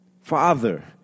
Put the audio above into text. Father